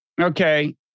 Okay